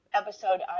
episode